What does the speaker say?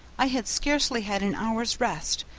i had scarcely had an hour's rest,